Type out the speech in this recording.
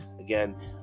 Again